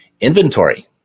inventory